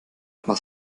was